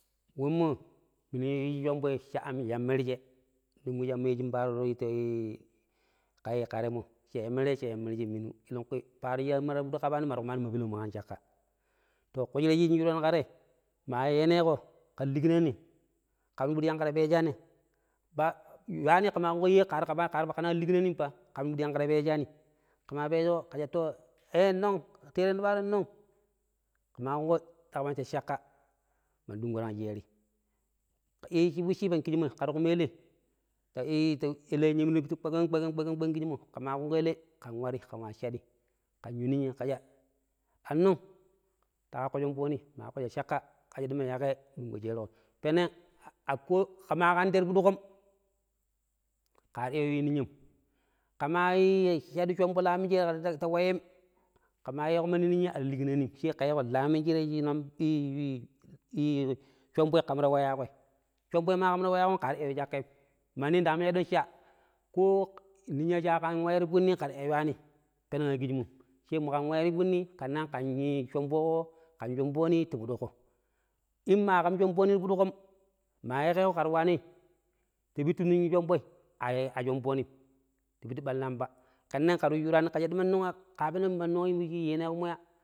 ﻿Wemmo minu yishii shomboi sha ya merjee, niya shimma yishin paroi shaii ƙa temmo shai ya merje minu, parro shimma iƙƙo ta ƙapa ni ma ta ƙuma ni peleu ƙan shaƙƙa, to teshire shimma yishin shuran ƙa tei ma yenoƙo ƙam piɗi shinƙa ta pecchanii, ba wani ƙema kunƙo ye ƙa ta pagƙanag ta lignanim pa, ƙam piɗi shinƙa ta pecchani ƙe ma pecchuƙo ƙe sha to ƙen nnog ta yiru paroi nnog? nnog ƙe ƙabi sha chaƙƙa man ndag ɗunƙo yu sherii shi fucchi pang kisshimmoi ƙe ta ƙumu elei la anyemni ta ƙopani ƙpeƙem-ƙpeƙem ƙisshimmo ƙema ƙunƙo elei ƙen warii ƙen wa shaɗii, ƙen yoo ninyai ƙe sha annog, ta ƙaƙƙo shombonii ma ƙakƙo sha shaƙƙa ƙe sha ɗima yaƙhaii ɗunƙo sheriƙo peneg a ko ƙe ma ƙan te ti fʊɗduƙom ƙa ta iya yiru niyam ƙima ii shaɗɗu shombo laminshireta wayem ƙema yeƙo mandi niyyem a ta lignanim she ƙe yeƙo laminshirei shi nom ii ii shomboi ƙam ta waya ƙoi shomboi ma ƙaam ta wayaƙom ƙa ta iya yoo shaƙem mandii ndang meɗon sha ko ninya sha ƙan waya ti pɨdinim ƙe ta iya yowa ni peneg a ƙisshimom she mu ƙan waya ti pɨɗinii kanan ƙen ii ƙan shomboƙo ƙan shomboni ti piɗi ƙo imma ƙan soboni ti piɗiƙom ma yeƙeƙo ƙe ta wanii ta pittu nog shomboi a shombonim ti biɗi ɓallaem ba kanan ƙe ta shuraani ƙe sha ɗima nnogya ƙa penom ɗima nog shi yenoƙommo ya.